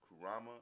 Kurama